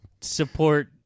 support-